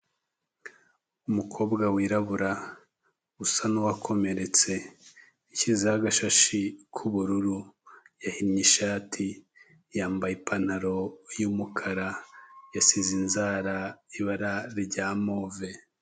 Umukobwa wirabura usa n'uwakomeretse, yashyizeho agashashi k'ubururu, yahinnye ishati, yambaye ipantaro y'umukara, yasize inzara ibara rya move.